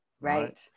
Right